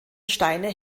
steine